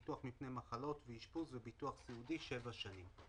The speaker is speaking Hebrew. ביטוח מפני מחלות ואשפוז וביטוח סיעודי 7 שנים".